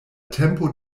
tempo